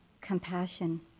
compassion